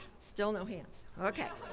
still no hands, okay.